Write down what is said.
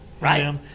Right